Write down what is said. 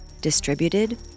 distributed